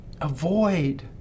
Avoid